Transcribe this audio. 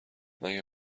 مگه